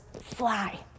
fly